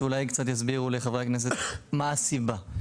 שקצת יסבירו לחברי הכנסת מה הסיבה.